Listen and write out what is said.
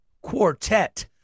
quartet